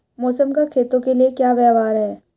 मौसम का खेतों के लिये क्या व्यवहार है?